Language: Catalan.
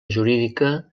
jurídica